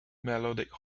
melodic